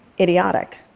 idiotic